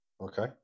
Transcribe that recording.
Okay